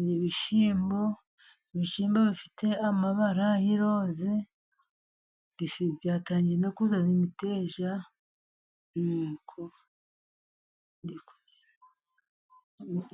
Ni ibishyimbo, ibishyimbo bifite amabara y'iroze, byatangiye no kuzana imiteja.